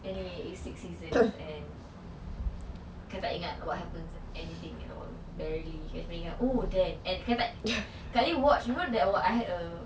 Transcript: anyway it's six season and kita tak ingat what happens anything at all barely kak cuma ingat oh damn and tak kak watch you know that you know I had a